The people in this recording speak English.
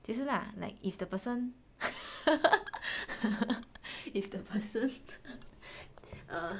就是啦 lah like if the person if the person err